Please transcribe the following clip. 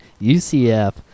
UCF